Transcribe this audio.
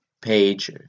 page